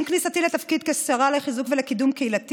עם כניסתי לתפקיד כשרה לחיזוק ולקידום קהילתי